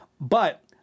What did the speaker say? But-